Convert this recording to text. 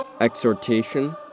Exhortation